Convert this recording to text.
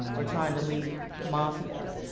or trying to leave the mafia.